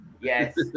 Yes